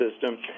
system